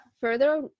further